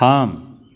थाम